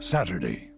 Saturday